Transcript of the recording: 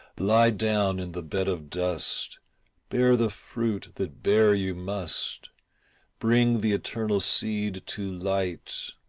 lie down in the bed of dust bear the fruit that bear you must bring the eternal seed to light,